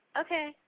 Okay